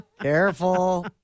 Careful